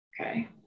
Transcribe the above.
Okay